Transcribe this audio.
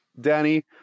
Danny